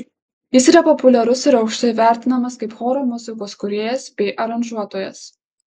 jis yra populiarus ir aukštai vertinamas kaip choro muzikos kūrėjas bei aranžuotojas